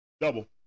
double